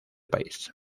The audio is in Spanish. país